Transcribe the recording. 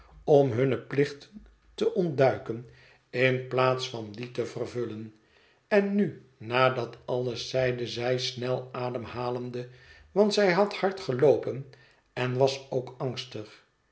om hunne plichten te ontduiken in plaats van die te vervullen en nu na dat alles zeide zij snel ademhalende want zij had hard geloopen en was ook angstig